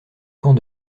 camp